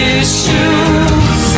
issues